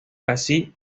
así